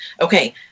okay